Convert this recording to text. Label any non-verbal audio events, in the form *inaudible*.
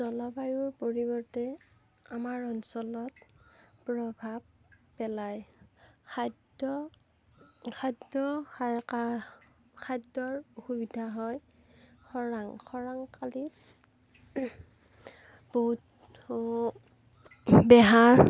জলবায়ুৰ পৰিবৰ্তে আমাৰ অঞ্চলত প্ৰভাৱ পেলায় খাদ্য খাদ্য *unintelligible* খাদ্যৰ অসুবিধা হয় খৰাং খৰাং কালিত বহুত *unintelligible* বেহাৰ